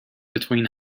between